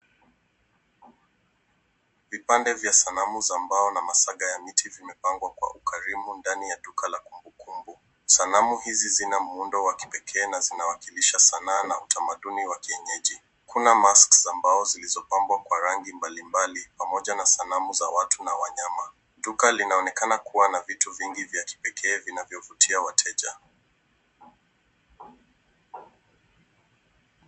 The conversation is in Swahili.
Vipande vya sanamu za mbao na masaga ya miti, vimepangwa kwa ukarimu ndani ya duka la kumbu kumbu. Sanamu hizi zina muundo wa kipekee na zinawakilisha sanaa na utamaduni wa kienyeji. Kuna masks ambao zilizopambwa kwa rangi mbali mbali, pamoja na sanamu za watu na wanyama. Duka linaonekana kuwa na vitu vingi vya kipekee vinavyo vutia wateja.